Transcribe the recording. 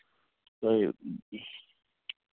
तऽ ई ई